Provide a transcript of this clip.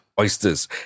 oysters